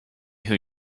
who